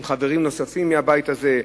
עם חברים נוספים מהבית הזה,